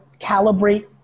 calibrate